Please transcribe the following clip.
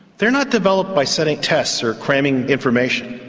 they're not developed by setting tests or cramming information,